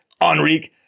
Enrique